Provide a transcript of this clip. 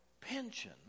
pension